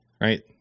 right